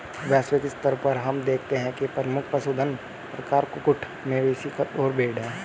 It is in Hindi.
वैश्विक स्तर पर हम देखते हैं कि प्रमुख पशुधन प्रकार कुक्कुट, मवेशी और भेड़ हैं